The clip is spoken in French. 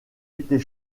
était